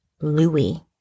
Louis